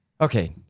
Okay